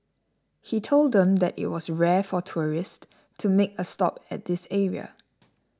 he told them that it was rare for tourist to make a stop at this area